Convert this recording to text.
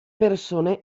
persone